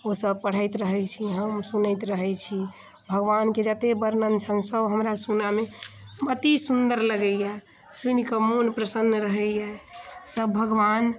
ओ सभ पढ़ैत रहै छी हम सुनैत रहै छी भगवानके जते वर्णन छनि सभ हमरा सुनऽ मे अति सुन्दर लगैए सुनिकऽ मोन प्रसन्न रहैए सभ भगवान